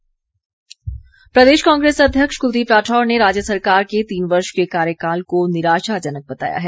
कांग्रेस प्रदेश कांग्रेस अध्यक्ष कुलदीप राठौर ने राज्य सरकार के तीन वर्ष के कार्यकाल को निराशाजन बताया है